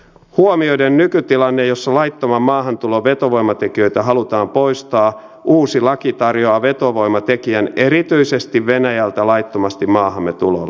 huomioiden nykytilanne jossa laittoman maahantulon vetovoimatekijöitä halutaan poistaa uusi laki tarjoaa vetovoimatekijän erityisesti venäjältä laittomasti maahamme tulolle